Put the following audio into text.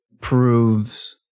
proves